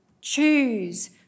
Choose